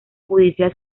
judicial